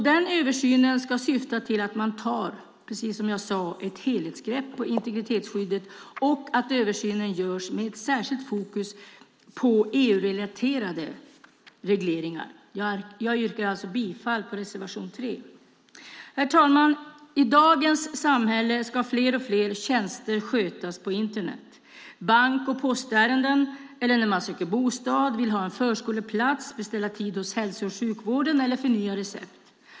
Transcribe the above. Denna översyn ska syfta till att man tar ett helhetsgrepp på integritetsskyddet, precis som jag sade, och att översynen görs med särskilt fokus på EU-relaterade regleringar. Jag yrkar bifall till reservation 3. Herr talman! I dagens samhälle ska fler och fler tjänster skötas på Internet. Det gäller bank och postärenden eller när man söker bostad, vill ha en förskoleplats, beställa tid hos hälso och sjukvården eller förnya recept.